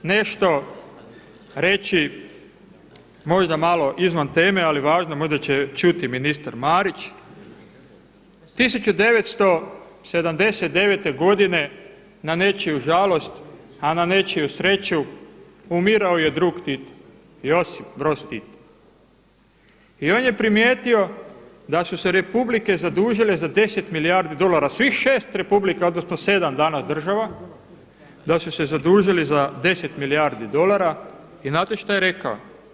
Evo htio bih nešto reći možda malo izvan teme ali važno, možda će čuti ministar Marić 1979. godine na nečiju žalost a na nečiju sreću umirao je Drug Tito, Josip Broz Tito i on je primijetio da su se republike zadužile za 10 milijardi dolara, svih šest republika odnosno sedam danas država, da su se zadužili za 10 milijardi dolara i znate šta je rekao?